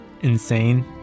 insane